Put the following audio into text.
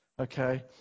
okay